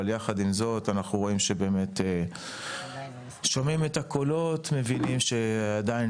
אבל יחד עם זאת אנחנו רואים ושומעים את הקולות ומבינים שזה עדיין